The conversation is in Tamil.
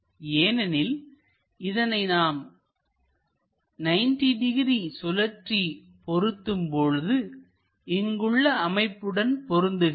ஏனெனில் இதனை நாம் 90 டிகிரி சுழட்டி பொருத்தும்போது இங்குள்ள அமைப்புடன் பொருந்துகிறது